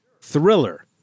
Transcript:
Thriller